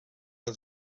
els